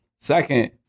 Second